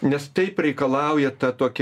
nes taip reikalauja ta toki